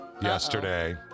yesterday